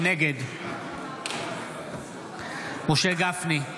נגד משה גפני,